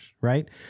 Right